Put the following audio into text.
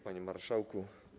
Panie Marszałku!